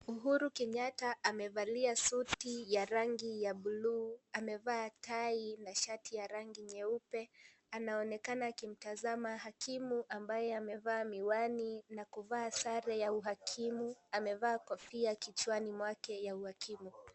Uhuru Kenyatta amevalia suti ya rangi ya buluu, amevaa tai na shati ya rangi nyeupe. Anaonekana akimtazama hakimu ambaye amevaa miwani, na kuvaa sare ya uhakimu. Amevaa kofia kichwani mwake ya uhakimu.